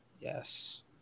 Yes